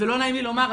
ולא נעים לי לומר,